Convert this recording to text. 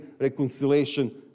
reconciliation